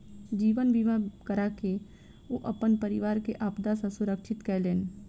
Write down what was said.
जीवन बीमा कराके ओ अपन परिवार के आपदा सॅ सुरक्षित केलैन